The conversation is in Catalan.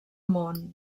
món